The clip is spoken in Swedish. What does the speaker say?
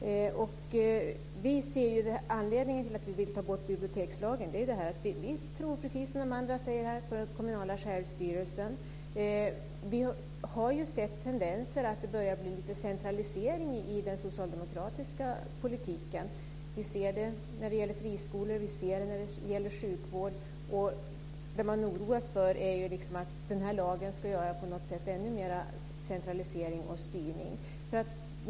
Anledningen till att vi vill ta bort bibliotekslagen är att vi, precis som andra säger här, tror på den kommunala självstyrelsen. Vi har sett tendenser till att det börjar bli lite centralisering i den socialdemokratiska politiken. Vi ser det när det gäller friskolor och sjukvård. Det man oroar sig för är att lagen på något sätt ska göra att det blir ännu mer centralisering och styrning.